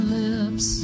lips